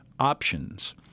options